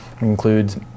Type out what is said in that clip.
includes